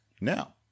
now